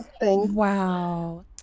Wow